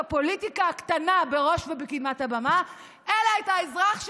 הפוליטיקה הקטנה בראש ובקדמת הבמה אלא את האזרח,